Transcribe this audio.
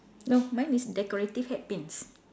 no mine is decorative hat pins